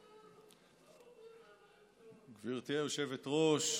גברתי היושבת-ראש,